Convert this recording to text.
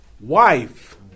wife